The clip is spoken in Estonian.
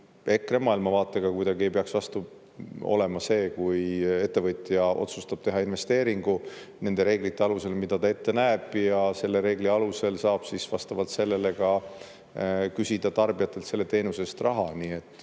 EKRE maailmavaatega kuidagi ei peaks vastu olema see, kui ettevõtja otsustab teha investeeringu nende reeglite alusel, mida ta ette näeb. Ja selle reegli alusel saab siis vastavalt sellele ka küsida tarbijatelt selle teenuse eest raha. Nii et